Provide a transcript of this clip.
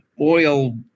Oil